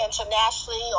internationally